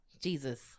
Jesus